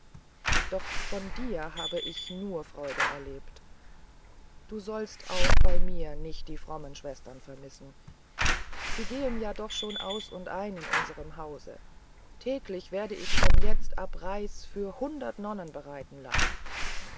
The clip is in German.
doch von dir habe ich nur freude erlebt und du sollst auch bei mir nicht die frommen schwestern vermissen sie gehen ja doch schon aus und ein in unserem hause tagtäglich werde ich von jetzt ab reis für hundert nonnen bereiten lassen